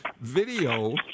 video